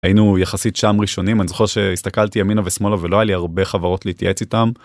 היינו יחסית שם ראשונים אני זוכר שהסתכלתי ימינה ושמאלה ולא היה הרבה חברות להתייעץ איתם.